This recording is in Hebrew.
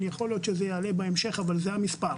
יכול להיות שזה יעלה בהמשך, אבל כרגע זה המספר.